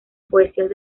poesías